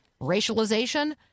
racialization